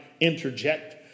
interject